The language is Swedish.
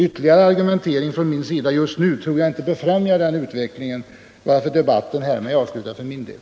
Ytterligare argumentering från min sida just nu tror jag inte befrämjar den utvecklingen, varför debatten härmed är avslutad för min del.